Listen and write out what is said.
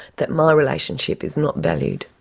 that my relationship is not valued.